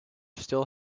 still